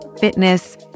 fitness